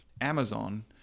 amazon